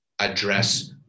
address